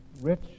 rich